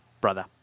brother